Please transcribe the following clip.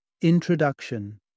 Introduction